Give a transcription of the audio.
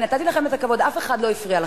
נתתי לכם את הכבוד, אף אחד לא הפריע לכם.